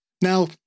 now